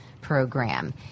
program